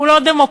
הוא לא דמוקרטי,